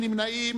אחד נמנע.